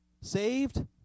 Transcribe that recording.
saved